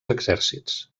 exèrcits